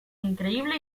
increíble